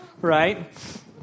Right